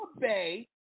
Bay